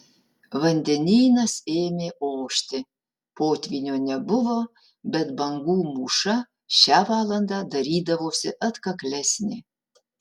vandenynas ėmė ošti potvynio nebuvo bet bangų mūša šią valandą darydavosi atkaklesnė